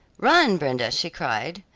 run, brenda, she cried,